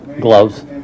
gloves